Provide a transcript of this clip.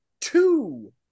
two